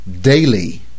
daily